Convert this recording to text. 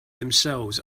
themselves